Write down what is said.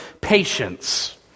patience